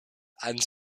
and